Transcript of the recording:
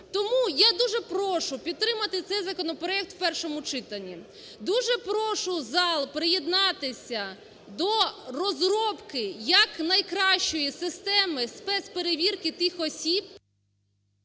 Тому я дуже прошу підтримати цей законопроект в першому читанні. Дуже прошу зал приєднатися до розробки якнайкращої системи спецперевірки тих осіб…